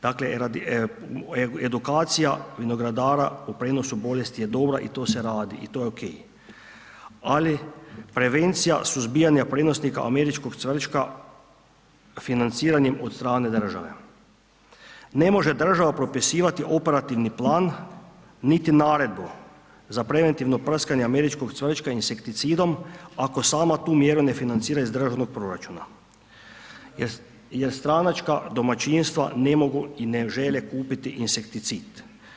Dakle, radi, edukacija vinogradara o prenosu bolesti je dobra i to se radi, i to je ok, ali prevencija suzbijanja prenosnika američkog cvrčka financiranjem od strane države, ne može država propisivati operativni plan, niti naredbu za preventivno prskanje američkog cvrčka insekticidom, ako sama tu mjeru ne financira iz državnog proračuna, jer stranačka domaćinstva ne mogu i ne žele kupiti insekticid.